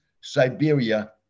Siberia